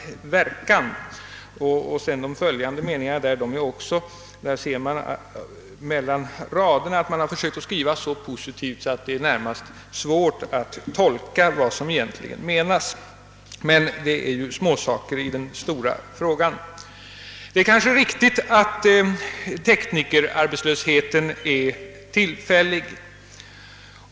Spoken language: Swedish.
Också i de följande meningarna ser jag mellan raderna alt man har försökt skriva så positivt att det nästan är svårt att tolka vad som egentligen menas. Men det är ju småsaker i den stora frågan. Det är kanske riktigt att teknikerarbetslösheten är tillfällig.